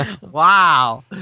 Wow